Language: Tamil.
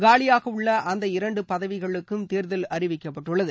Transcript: காலியாக உள்ள அந்த இரண்டு பதவிகளுக்கும் தேர்தல் அறிவிக்கப்பட்டுள்ளது